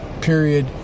Period